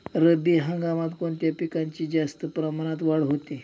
रब्बी हंगामात कोणत्या पिकांची जास्त प्रमाणात वाढ होते?